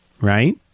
right